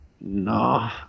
No